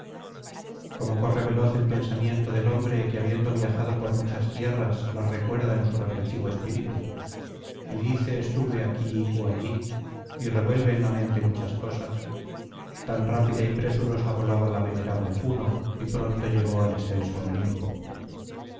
como corre veloz el pensamiento del hombre que habiendo viajado por muchas tierras las recuerda en su reflexivo espíritu y dice estuve aquí ó allí y revuelve en la mente muchas cosas tan rápida y presurosa volaba la venerable juno y pronto llegó al excelso olimpo